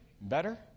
better